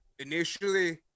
Initially